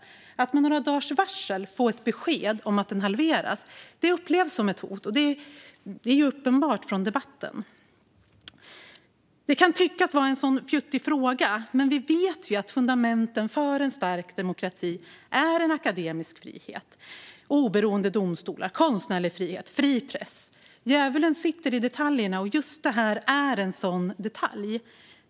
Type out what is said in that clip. Men att med några dagars varsel få besked om att den halveras upplevs som ett hot. Det är uppenbart i debatten. Det kan tyckas vara en fjuttig fråga, men vi vet ju att fundamenten för en stark demokrati är akademisk frihet, oberoende domstolar, konstnärlig frihet, fri press och så vidare. Djävulen sitter i detaljerna, och just detta är en sådan detalj.